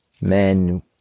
men